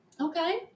Okay